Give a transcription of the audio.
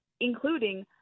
including